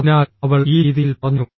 അതിനാൽ അവൾ ഈ രീതിയിൽ പറഞ്ഞു